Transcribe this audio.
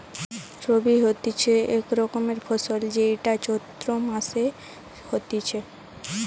রবি হতিছে এক রকমের ফসল যেইটা চৈত্র মাসে হতিছে